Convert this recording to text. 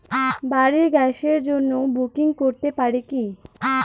বাড়ির গ্যাসের জন্য বুকিং করতে পারি কি?